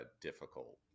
difficult